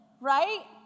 right